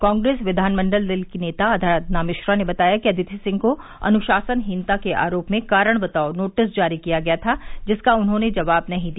कांग्रेस विधानमंडल दल की नेता आराधना मिश्रा ने बताया कि अदिति सिंह को अनुशासनहीनता के आरोप में कारण बताओ नोटिस जारी किया गया था जिसका उन्होंने जवाब नहीं दिया